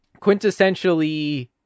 quintessentially